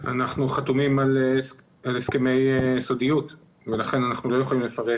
אנחנו חתומים על הסכמי סודיות ולכן אנחנו לא יכולים לפרט